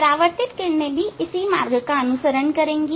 परावर्तित किरणें भी इसी मार्ग का अनुसरण करेंगी